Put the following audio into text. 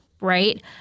Right